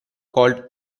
called